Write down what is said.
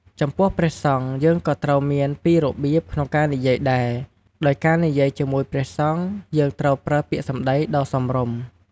ចំពោះព្រះសង្ឃយើងក៏ត្រូវមានពីរបៀបក្នុងការនិយាយដែរ ដោយការនិយាយជាមួយព្រះសង្ឃយើងត្រូវប្រើពាក្យសំដីដ៏សមរម្យ។